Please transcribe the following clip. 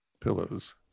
pillows